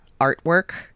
artwork